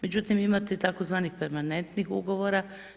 Međutim, imate tzv. permanentnih ugovora.